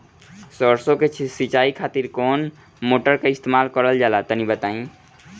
सरसो के सिंचाई खातिर कौन मोटर का इस्तेमाल करल जाला तनि बताई?